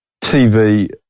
TV